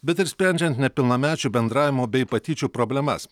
bet ir sprendžiant nepilnamečių bendravimo bei patyčių problemas